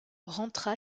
rentra